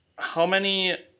how many,